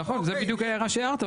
נכון, זו בדיוק ההערה שהערת.